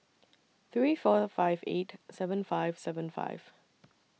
three four five eight seven five seven five